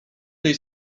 tej